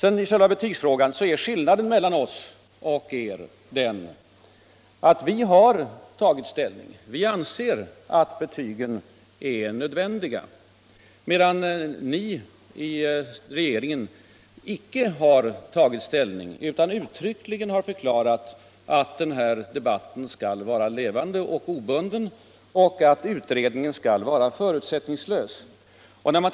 I själva betygsfrågan är skillnaden mellan oss och er den att vi har tagit ställning. Vi anser att betygen är nödvändiga, medan ni i regeringen inte har tagit ställning utan uttryckligen har förklarat att den här debatten skall vara levande och obunden och att utredningen skall vara förutsättningslös.